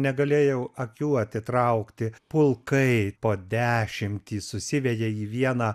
negalėjau akių atitraukti pulkai po dešimtį susiveja į vieną